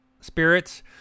spirits